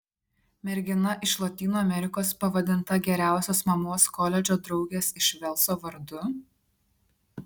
mergina iš lotynų amerikos pavadinta geriausios mamos koledžo draugės iš velso vardu